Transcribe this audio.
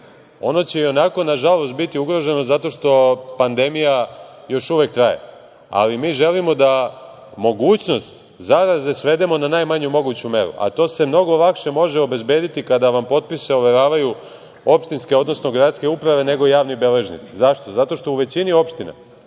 Ono će ionako, nažalost, biti ugroženo zato što pandemija još uvek traje, ali mi želimo da mogućnost zaraze svedemo na najmanju moguću meru, a to se mnogo lakše može obezbediti kada vam potpise overavaju opštinske, odnosno gradske uprave nego javni beležnik. Zašto? Zato što u većini opština